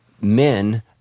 men